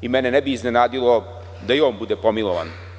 i mene ne bi iznenadilo da i on bude pomilovan.